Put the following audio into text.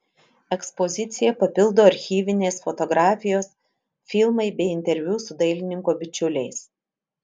ekspoziciją papildo archyvinės fotografijos filmai bei interviu su dailininko bičiuliais